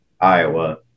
Iowa